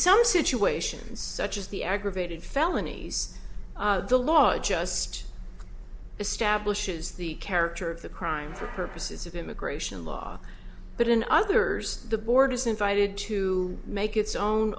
some situations such as the aggravated felony the law just establishes the character of the crime for purposes of immigration law but in others the board is invited to make its own